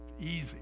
Easy